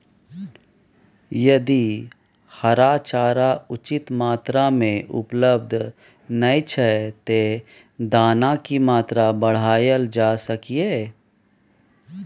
यदि हरा चारा उचित मात्रा में उपलब्ध नय छै ते दाना की मात्रा बढायल जा सकलिए?